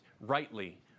rightly